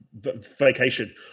vacation